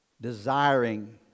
desiring